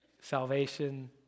Salvation